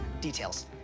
details